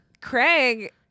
craig